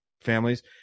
families